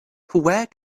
where